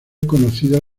conocida